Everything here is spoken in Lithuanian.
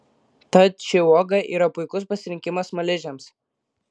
tad ši uoga yra puikus pasirinkimas smaližiams